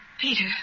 peter